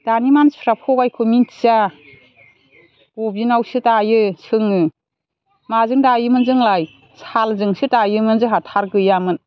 दानि मानसिफोरा फगायखौ मिन्थिया बबिनावसो दायो सोङो माजों दायोमोन जोंलाय सालजोंसो दायोमोन जोंहा थार गैयामोन